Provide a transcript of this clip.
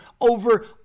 over